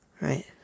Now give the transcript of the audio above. right